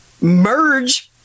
Merge